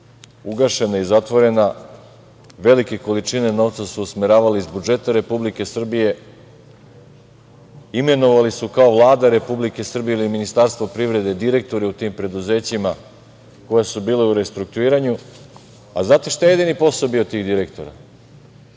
ugašena i zatvorena velike količine novca su usmeravali iz budžeta Republike Srbije. Imenovali su kao Vlada Republike Srbije i Ministarstvo privrede direktore u tim preduzećima koja su bila u restrukturiranju. Znate šta je jedini posao bih tih direktora?